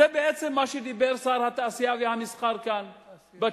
זה בעצם מה שדיבר שר התעשייה והמסחר כאן, התעשייה.